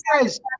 guys